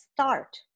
start